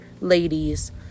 ladies